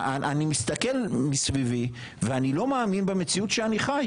אני מסתכל מסביבי ואני לא מאמין במציאות שאני חי,